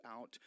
out